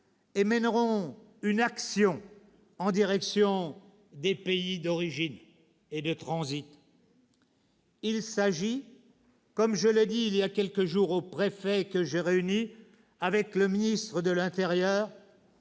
et mènerons une action en direction des pays d'origine et de transit. « Il s'agit, comme je l'ai dit il y a quelques jours aux préfets que j'ai réunis avec le ministre de l'intérieur,